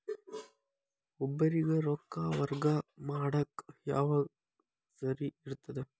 ಒಬ್ಬರಿಗ ರೊಕ್ಕ ವರ್ಗಾ ಮಾಡಾಕ್ ಯಾವಾಗ ಸರಿ ಇರ್ತದ್?